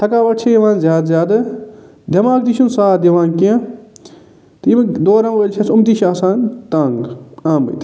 تھکاوَٹ چھِ یِوان زیادٕ زیادٕ دٮ۪ماغ تہِ چھِنہٕ ساتھ دِوان کیٚنہہ تہٕ یِم دورَن وٲلی چھِ آس أمہٕ تہِ چھِ آسان تنٛگ آمٕتۍ